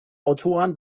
autoren